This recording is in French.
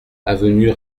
avenue